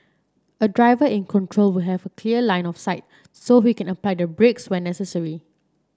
a driver in control would have a clear line of sight so he can apply the brakes when necessary